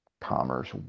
commerce